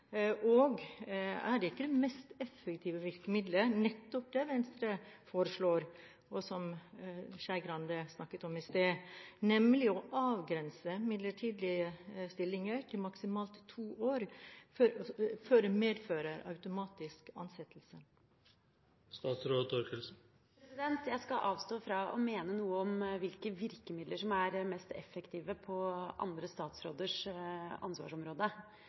Er ikke det mest effektive virkemidlet nettopp det som Venstre foreslår, og som Skei Grande snakket om i sted, nemlig å avgrense midlertidige stillinger til maksimalt to år før det automatisk medfører ansettelse? Jeg skal avstå fra å mene noe om hvilke virkemidler som er mest effektive på andre statsråders